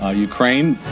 ah ukraine,